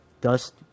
Dust